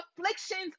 afflictions